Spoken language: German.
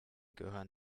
gehören